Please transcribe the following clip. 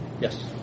Yes